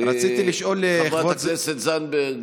חברת הכנסת זנדברג,